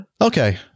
Okay